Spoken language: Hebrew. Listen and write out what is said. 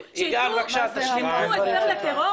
שיתנו הסבר לטרור?